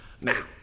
now